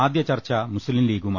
ആദ്യ ചർച്ച മുസ്ലിം ലീഗുമായി